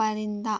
پرندہ